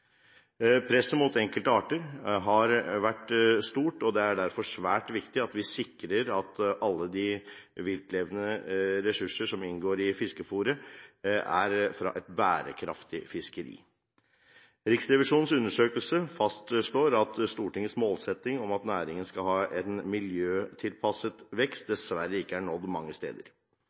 Presset mot enkelte arter har vært stort, og det er derfor svært viktig at vi sikrer at alle de viltlevende ressurser som inngår i fiskefôret, er fra et bærekraftig fìskeri. Riksrevisjonens undersøkelse fastslår at Stortingets målsetting om at næringen skal ha en miljøtilpasset vekst, dessverre ikke er nådd mange steder.